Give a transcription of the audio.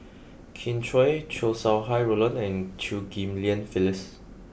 Kin Chui Chow Sau Hai Roland and Chew Ghim Lian Phyllis